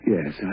Yes